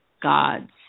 God's